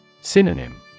Synonym